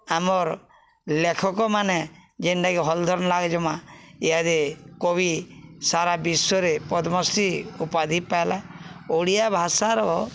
ଆମର୍ ଲେଖକମାନେେ ଯେନ୍ଟାକି ହଲ୍ଧର୍ ନାଗ ଜେନ୍ତା ଇହାଦେ କବି ସାରା ବିଶ୍ଵରେ ପଦ୍ମଶ୍ରୀ ଉପାଧି ପାଏଲା ଓଡ଼ିଆ ଭାଷାର